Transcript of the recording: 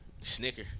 Snicker